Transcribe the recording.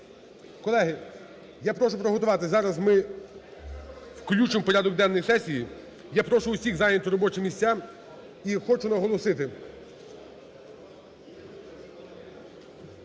Колеги, я прошу приготуватись, зараз ми включимо в порядок денний сесії. Я прошу усіх зайняти робочі місця і хочу наголосити,